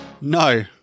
No